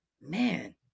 man